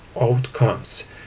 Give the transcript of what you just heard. outcomes